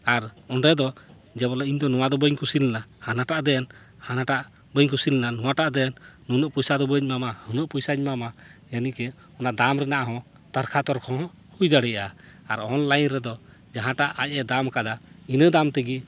ᱟᱨ ᱚᱸᱰᱮ ᱫᱚ ᱡᱮᱵᱚᱞᱮ ᱤᱧ ᱫᱚ ᱱᱚᱣᱟ ᱫᱚ ᱵᱟᱹᱧ ᱠᱩᱥᱤ ᱞᱮᱱᱟ ᱦᱟᱱᱟᱴᱟᱜ ᱫᱮᱱ ᱦᱟᱱᱟᱴᱟᱜ ᱵᱟᱹᱧ ᱠᱩᱥᱤ ᱞᱮᱱᱟ ᱱᱚᱣᱟᱴᱟᱜ ᱫᱮᱱ ᱱᱩᱱᱟᱹᱜ ᱯᱚᱭᱥᱟ ᱫᱚ ᱵᱟᱹᱧ ᱮᱢᱟᱢᱟ ᱦᱩᱱᱟᱹᱜ ᱯᱚᱭᱥᱟᱧ ᱮᱢᱟᱢᱟ ᱮᱱᱮ ᱤᱱᱠᱟᱹ ᱚᱱᱟ ᱫᱟᱢ ᱨᱮᱱᱟᱜ ᱦᱚᱸ ᱛᱟᱨᱠᱟᱛᱚᱨᱠᱚ ᱦᱩᱭ ᱫᱟᱲᱮᱭᱟᱜᱼᱟ ᱟᱨ ᱚᱱᱞᱟᱭᱤᱱ ᱨᱮᱫᱚ ᱡᱟᱦᱟᱸᱴᱟᱜ ᱟᱡ ᱮ ᱫᱟᱢ ᱠᱟᱫᱟ ᱤᱱᱟᱹ ᱫᱟᱢ ᱛᱮᱜᱮ